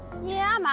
yeah,